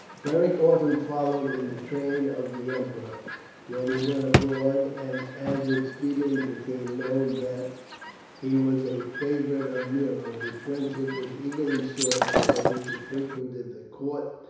beric often followed in the train of the emperor when he went abroad and as it speedily became known that he was a favourite of nero, his friendship was eagerly sought by those who frequented the court,